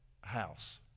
house